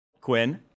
Quinn